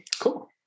Cool